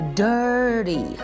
dirty